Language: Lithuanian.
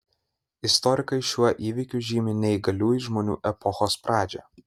istorikai šiuo įvykiu žymi neįgaliųjų žmonių epochos pradžią